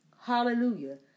Hallelujah